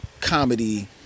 comedy